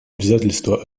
обязательства